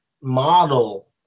model